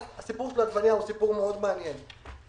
הסיפור של העגבנייה הוא סיפור מעניין מאוד.